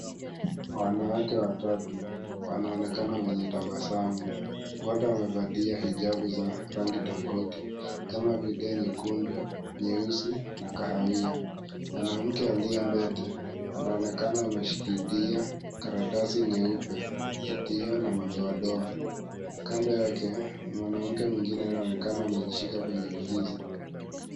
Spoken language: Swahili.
Wanawake watatu wanaonekana wenye tabasamu mmoja amevalia hejadi ya rangi tofauti kama Nyekundu, nyeusi na kahawiya. Mwanamke aliye mbele anaonekana ameshikilia karatasi nyeupe ikiwa na madoadoa. Kando yake ni mwanamke mwingine anaonekana amejishika kwenye kizi.